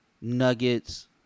Nuggets